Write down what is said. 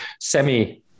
semi